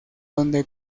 donde